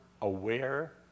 aware